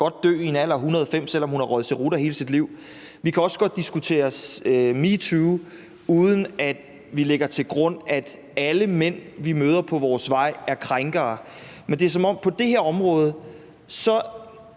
godt dø i en alder af 105, selv om hun har røget cerutter hele sit liv. Vi kan også godt diskutere metoo, uden at vi lægger til grund, at alle mænd, vi møder på vores vej, er krænkere. Men på det her område er